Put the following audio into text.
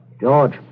George